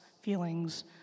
feelings